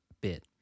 bit